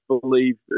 believe